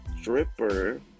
stripper